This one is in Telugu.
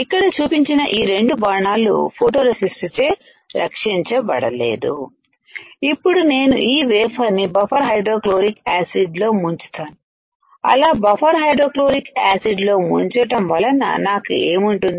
ఇక్కడ చూపించిన ఈ రెండు బాణాలు ఫోటో రెసిస్ట్ చే రక్షించబడ లేదు ఇప్పుడు నేను ఈ వేఫర్ ని బఫర్ హైడ్రోక్లోరిక్ యాసిడ్ లో ముంచుతాను అలా బఫర్ హైడ్రోక్లోరిక్ యాసిడ్ లో ముంచటం వలన నాకు ఏముంటుంది